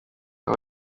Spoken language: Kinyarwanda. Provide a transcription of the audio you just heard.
aho